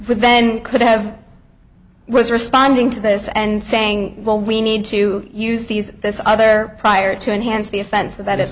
would then could have was responding to this and saying well we need to use these this other prior to enhance the offense that